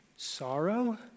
sorrow